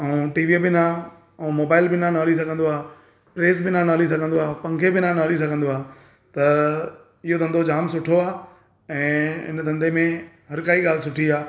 ऐं टीवीअ बिना ऐं मोबाइल बिना न हली सघंदो आहे प्रेस बिना न हली सघंदो आहे पंखे बिना न हली सघंदो आहे त इहो धंधो जाम सुठो आहे ऐं इन धंधे में हर काई ॻाल्हि सुठी आहे